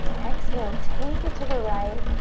exhale, take it to the right,